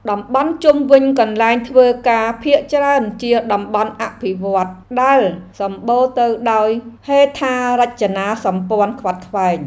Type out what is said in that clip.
តំបន់ជុំវិញកន្លែងធ្វើការភាគច្រើនជាតំបន់អភិវឌ្ឍន៍ ដែលសម្បូរទៅដោយហេដ្ឋារចនាសម្ព័ន្ធខ្វាត់ខ្វែង។